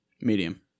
Medium